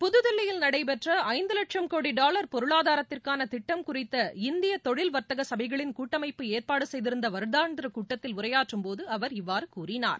புதுதில்லியில் நடைபெற்ற ஐந்து வட்சம் கோடி டாவர் பொருளாதாரத்திற்கான திட்டம் குறித்த இந்திய தொழில் வர்த்தக கபைகளின் கூட்டமைப்பு ஏற்பாடு செய்திருந்த வருடாந்திர கூட்டத்தில் உரையாற்றும்போது அவர் இவ்வாறு கூறினார்